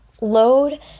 load